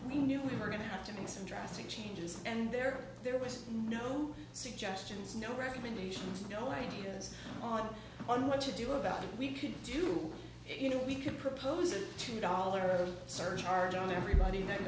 we knew we were going to have to make some drastic changes and there there was no suggestions no recommendations no ideas on on what to do about it we could do you know we can propose a two dollar surcharge on everybody that